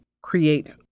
create